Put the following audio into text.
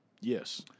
Yes